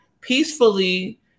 peacefully